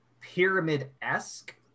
pyramid-esque